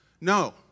No